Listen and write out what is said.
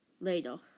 later